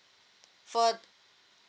for